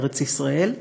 לארץ ישראל.